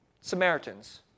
Samaritans